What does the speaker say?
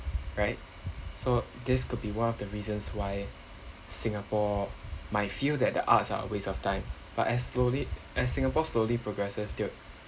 right so this could be one of the reasons why singapore might feel that the arts are a waste of time but as slowly as singapore slowly progresses they'll